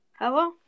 Hello